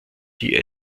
die